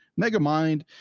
MegaMind